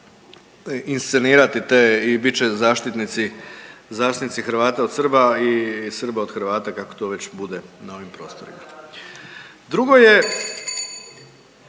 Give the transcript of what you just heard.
inscenirati te i bit će zaštitnici, zaštitnici Hrvata od Srba i Srba od Hrvata kako to već bude na ovim prostorima. Drugo je…